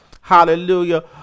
Hallelujah